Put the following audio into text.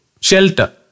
shelter